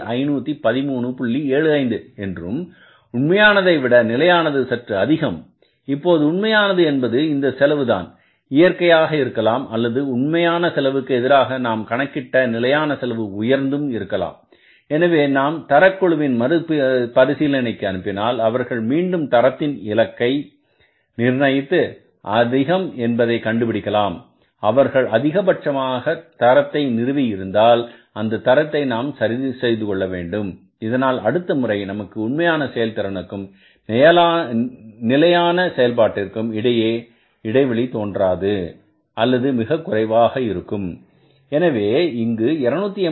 75 என்றும் உண்மையான தை விட நிலையானது சற்று அதிகம் இப்போது உண்மையானது என்பது இந்த செலவு தான் இயற்கையாக இருக்கலாம் அல்லது உண்மையான செலவுக்கு எதிராக நாம் கணக்கிட்ட நிலையான செலவு உயர்ந்தும் இருக்கலாம் எனவே நாம் தரக் குழுவின் மறுபரிசீலனைக்கு அனுப்பினால் அவர்கள் மீண்டும் தரத்தின் இலக்கை நிர்ணயித்தது அதிகம் என்பதை கண்டுபிடிக்கலாம் அவர்கள் அதிகபட்சமாக தரத்தை நிறுவி இருந்தால் அந்தத் தரத்தை நாம் சரி செய்து கொள்ள வேண்டும் இதனால் அடுத்த முறை நமக்கு உண்மையான செயல்திறனுக்கும் நிலையான செயல்பாட்டிற்கும் இடைவெளி தோன்றாது அல்லது மிகக்குறைவாக இருக்கும் எனவே இங்கு 286